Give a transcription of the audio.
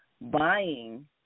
buying